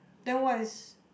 then what is